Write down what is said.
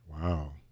Wow